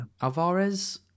Alvarez